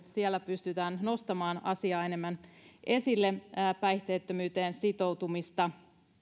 siellä pystytään nostamaan enemmän esille päihteettömyyteen sitoutumista